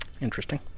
interesting